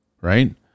Right